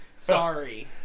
Sorry